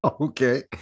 Okay